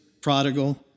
prodigal